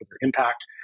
impact